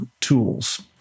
tools